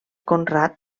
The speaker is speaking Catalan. conrad